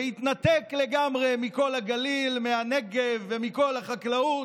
והתנתק לגמרי מכל הגליל, מהנגב ומכל החקלאות,